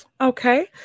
Okay